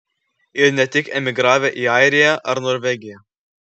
ir ne tik emigravę į airiją ar norvegiją